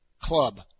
Club